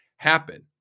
happen